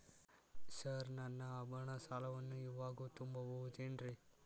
Sir ನನ್ನ ಆಭರಣ ಸಾಲವನ್ನು ಇವಾಗು ತುಂಬ ಬಹುದೇನ್ರಿ?